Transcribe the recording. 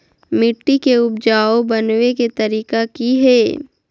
मिट्टी के उपजाऊ बनबे के तरिका की हेय?